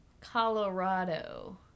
Colorado